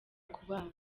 kubana